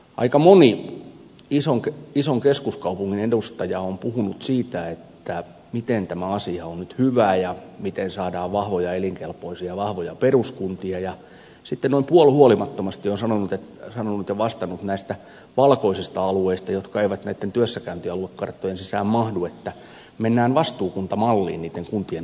aika moni ison keskuskaupungin edustaja on puhunut siitä miten tämä asia on nyt hyvä ja miten saadaan vahvoja elinkelpoisia peruskuntia ja sitten noin puolihuolimattomasti on sanonut ja vastannut näistä valkoisista alueista jotka eivät näitten työssäkäyntialuekarttojen sisään mahdu että mennään vastuukuntamalliin niitten kuntien osalta